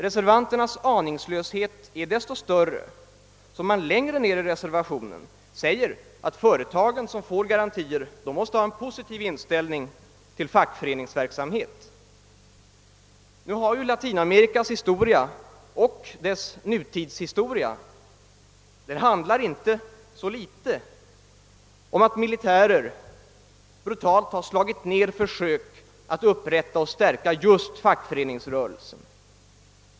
Reservanternas aningslöshet är desto större som man längre ned i reservationen säger att de företag som får garantier måste ha en positiv inställning till fackföreningsverksamheten. Latinamerikas tidigare historia liksom även dess nutida historia handlar inte så litet om att militärer brutalt slagit ner alla försök att upprätta och stärka just fackföreningsrörelsen.